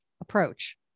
approach